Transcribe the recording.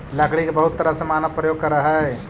लकड़ी के बहुत तरह से मानव प्रयोग करऽ हइ